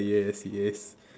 yes yes